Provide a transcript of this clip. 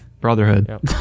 Brotherhood